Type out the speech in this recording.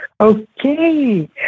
Okay